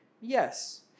Yes